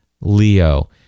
Leo